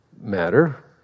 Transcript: Matter